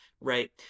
Right